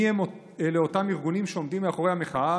מי אלה אותם ארגונים שעומדים מאחורי המחאה,